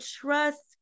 trust